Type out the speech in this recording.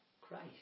Christ